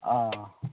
ആ